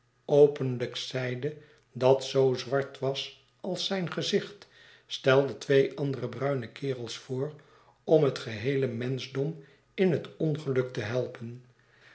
openlijk zeide dat zoo zwart was als zijn gezicht stelde twee andere bruine kerels voor om het geheele menschdom in het ongeluk te helpen